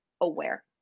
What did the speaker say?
aware